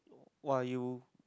!wah! you